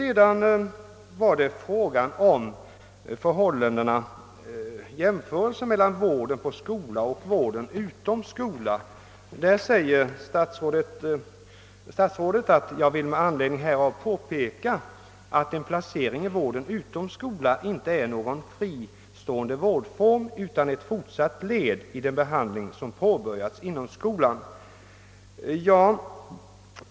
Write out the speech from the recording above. Så några ord om jämförelsen mellan vården på skola och vården utom skola. Statsrådet förklarar att hon vill »påpeka, att en placering i vården utom skola inte är någon fristående vårdform utan ett fortsatt led i den behandling som påbörjats inom skolan».